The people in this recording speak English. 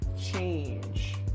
change